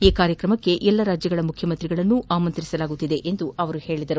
ಈ ಕಾರ್ಯಕ್ರಮಕ್ಕೆ ಎಲ್ಲಾ ರಾಜ್ಯಗಳ ಮುಖ್ಯಮಂತ್ರಿಗಳನ್ನು ಆಹ್ವಾನಿಸಲಾಗುತ್ತಿದೆ ಎಂದು ಹೇಳಿದರು